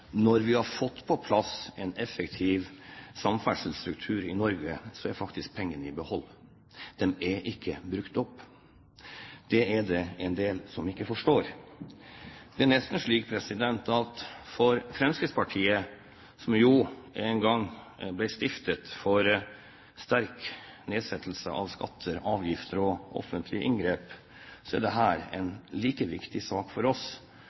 når vi har fått på plass en effektiv samferdselsstruktur i Norge, er pengene i behold. De er ikke brukt opp. Det er det en del som ikke forstår. Det er nesten slik at for Fremskrittspartiet, som jo en gang ble stiftet for sterk nedsettelse av skatter, avgifter og offentlige inngrep, er dette en like viktig sak som kristendommen er for